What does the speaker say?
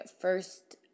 first